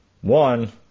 One